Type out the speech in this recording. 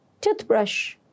toothbrush